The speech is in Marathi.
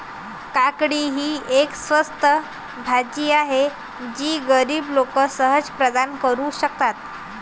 काकडी ही एक स्वस्त भाजी आहे जी गरीब लोक सहज प्रदान करू शकतात